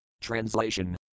Translation